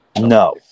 No